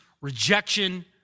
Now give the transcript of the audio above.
rejection